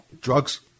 Drugs